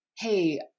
hey